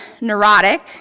neurotic